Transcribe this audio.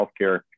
healthcare